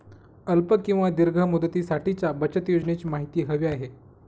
अल्प किंवा दीर्घ मुदतीसाठीच्या बचत योजनेची माहिती हवी आहे